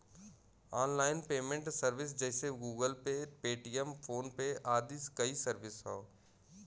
online payment service जइसे Google Pay, Paytm, Phone Pay आदि कई सर्विस हौ